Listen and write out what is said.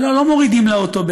לא מורידים לה אותו: